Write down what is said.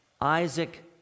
isaac